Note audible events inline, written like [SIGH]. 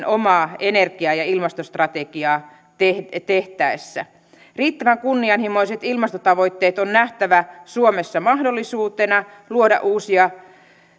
[UNINTELLIGIBLE] omaa energia ja ilmastostrategiaa tehtäessä riittävän kunnianhimoiset ilmastotavoitteet on nähtävä suomessa mahdollisuutena luoda uusia